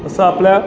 असं आपल्या